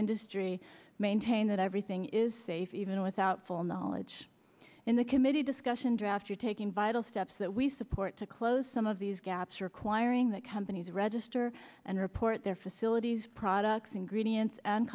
industry maintain that everything is safe even without full knowledge in the committee discussion drafter taking vital steps that we support to close some of these gaps requiring that companies register and report their facilities products ingredients and